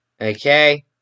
okay